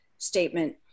statement